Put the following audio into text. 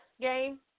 game